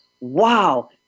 wow